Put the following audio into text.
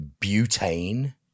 butane